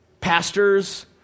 pastors